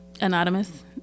Anonymous